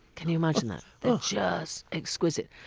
can you imagine that? they're just exquisite.